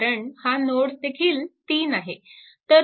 कारण हा नोड देखील 3 आहे